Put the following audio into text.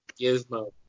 gizmo